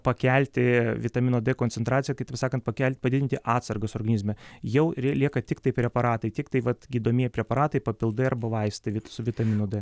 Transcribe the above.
pakelti vitamino d koncentraciją kitaip sakant pakel padidinti atsargas organizme jau ir lieka tiktai preparatai tiktai vat gydomieji preparatai papildai arba vaistai su vitaminu d